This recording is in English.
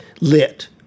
lit